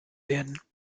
werden